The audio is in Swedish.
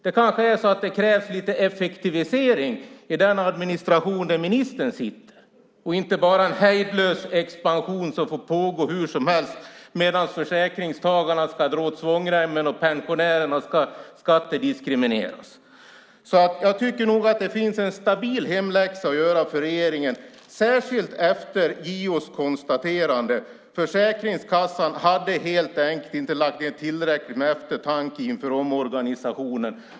Det kanske är så att det krävs lite effektivisering i den administration där ministern sitter och inte bara en hejdlös expansion som får pågå hur som helst medan försäkringstagarna ska dra åt svångremmen och pensionärerna skattediskrimineras. Jag tycker nog att det finns en stabil hemläxa att göra för regeringen, särskilt efter JO:s konstaterande: Försäkringskassan hade helt enkelt inte lagt ned tillräckligt med eftertanke inför omorganisationen.